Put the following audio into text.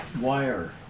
wire